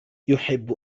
يحب